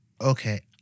Okay